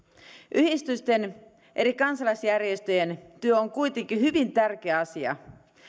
yhdistysten ja eri kansalaisjärjestöjen työ on kuitenkin hyvin tärkeä asia